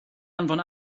anfon